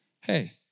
hey